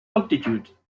longitude